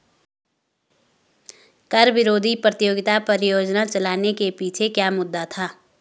कर विरोधी प्रतियोगिता परियोजना चलाने के पीछे क्या मुद्दा था?